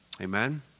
Amen